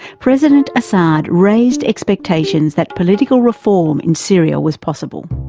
president assad raised expectations that political reform in syria was possible.